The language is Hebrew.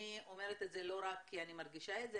אני אומרת את זה לא רק כי אני מרגישה את זה,